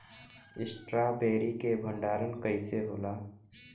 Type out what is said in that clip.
Strawberry के भंडारन कइसे होला?